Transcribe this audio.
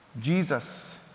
Jesus